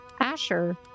Asher